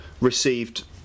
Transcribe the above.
received